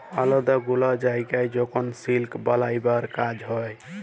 আলেদা গুলা জায়গায় যখল সিলিক বালাবার কাজ হ্যয়